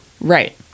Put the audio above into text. Right